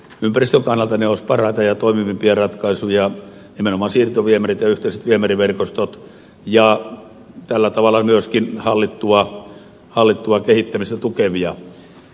ympäristön kannalta parhaita ja toimivimpia ratkaisuja ja tällä tavalla myöskin hallittua kehittämistä tukevia olisivat nimenomaan siirtoviemärit ja yhteiset viemäriverkostot